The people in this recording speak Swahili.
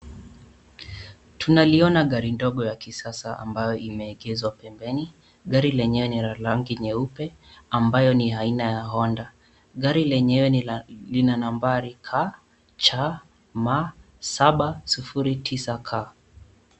Tunaliona gari ndogo la kisasa ambayo imeegezwa pembeni, gari lenyewe ni la rangi nyeupe ambayo ni aina ya Honda, gari lenyewe lina nambari KCM 709K.